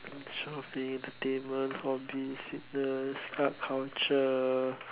shopping entertainment hobbies student art culture